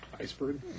iceberg